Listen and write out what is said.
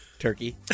turkey